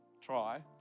try